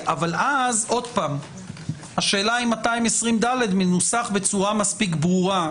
אבל אז השאלה אם 220ד מנוסח בצורה מספיק ברורה,